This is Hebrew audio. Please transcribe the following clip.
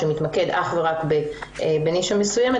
שמתמקד אך ורק בנישה מסוימת,